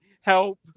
Help